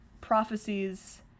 prophecies